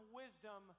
wisdom